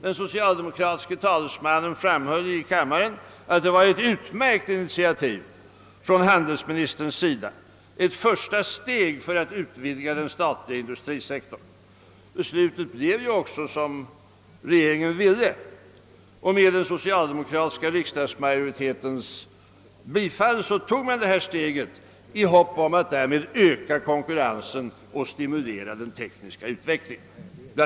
Den socialdemokratiske talesmannen framhöll i kammaren att det var »ett utmärkt initiativ från handelsministerns sida», ett första steg för att utvidga den statliga industrisektorn. Beslutet blev också som regeringen ville, och med den socialdemokratiska riksdagsmajoritetens bifall tog man detta steg i hopp om att därmed bl.a. öka konkurrensen och stimulera den tekniska utvecklingen.